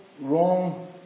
wrong